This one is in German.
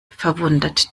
verwundert